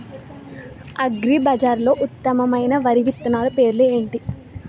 అగ్రిబజార్లో ఉత్తమమైన వరి విత్తనాలు పేర్లు ఏంటి?